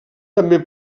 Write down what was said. també